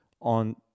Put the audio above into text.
on